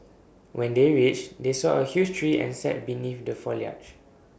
when they reached they saw A huge tree and sat beneath the foliage